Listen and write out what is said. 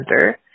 center